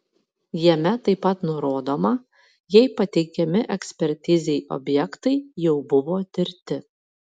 jame taip pat nurodoma jei pateikiami ekspertizei objektai jau buvo tirti